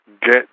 get